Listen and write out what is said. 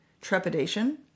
trepidation